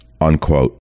unquote